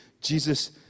Jesus